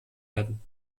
werden